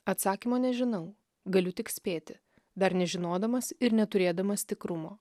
atsakymo nežinau galiu tik spėti dar nežinodamas ir neturėdamas tikrumo